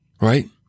right